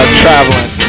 traveling